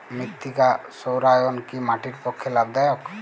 মৃত্তিকা সৌরায়ন কি মাটির পক্ষে লাভদায়ক?